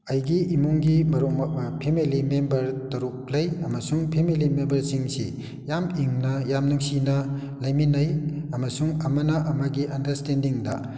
ꯑꯩꯒꯤ ꯏꯃꯨꯡꯒꯤ ꯃꯔꯨꯞ ꯐꯦꯃꯦꯂꯤ ꯃꯦꯝꯕꯔ ꯇꯔꯨꯛ ꯂꯩ ꯑꯃꯁꯨꯡ ꯐꯦꯃꯦꯂꯤ ꯃꯦꯝꯕꯔꯁꯤꯡꯁꯤ ꯌꯥꯝ ꯏꯪꯅ ꯌꯥꯝ ꯅꯨꯡꯁꯤꯅ ꯂꯩꯃꯤꯟꯅꯩ ꯑꯃꯁꯨꯡ ꯑꯃꯅ ꯑꯃꯒꯤ ꯑꯟꯗ꯭ꯔꯁꯇꯦꯟꯗꯤꯡꯗ